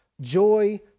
joy